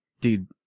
dude